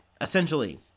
essentially